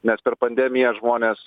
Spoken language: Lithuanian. nes per pandemiją žmonės